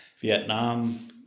Vietnam